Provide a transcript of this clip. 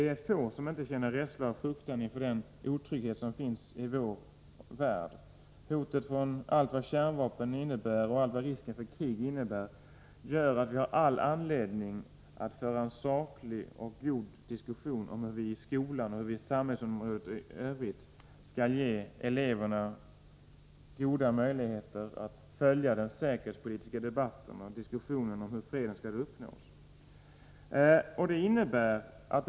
Det är få som inte känner rädsla och fruktan inför den otrygghet som finns i vår värld. Hotet från allt vad kärnvapen heter och risken för krig gör att vi har all anledning att föra en saklig diskussion om hur vi i skolan och i samhället i övrigt skall kunna ge eleverna goda möjligheter att följa den säkerhetspolitiska debatten om hur fred skall kunna bli en verklighet.